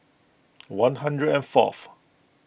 one hundred and fourth